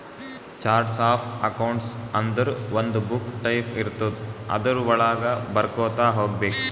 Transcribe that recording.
charts of accounts ಅಂದುರ್ ಒಂದು book type ಇರ್ತುದ್ ಅದುರ್ ವಳಾಗ ಬರ್ಕೊತಾ ಹೋಗ್ಬೇಕ್